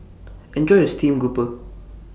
Enjoy your Stream Grouper